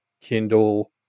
kindle